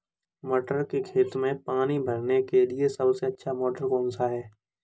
मटर के खेत में पानी भरने के लिए सबसे अच्छा मोटर कौन सा है?